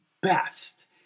best